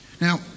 Now